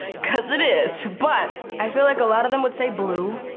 cause it is, but i feel like a lot of them would say blue,